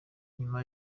nyuma